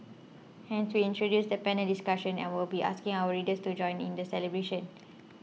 hence we introduced the panel discussion and will be asking our readers to join in the celebration